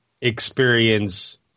experience